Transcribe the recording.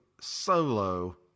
solo